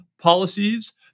policies